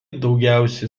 daugiausia